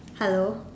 hello